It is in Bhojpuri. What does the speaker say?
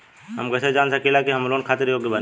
हम कईसे जान सकिला कि हम लोन खातिर योग्य बानी?